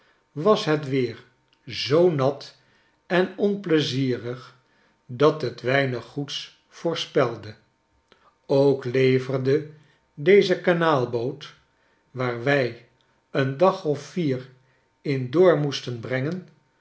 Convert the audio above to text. was het weer zoo nat en onpleizierig dathet weiniggoeds voorspelde ook leverde deze kanaalboot waar wij een dag of vier in door moesten brengen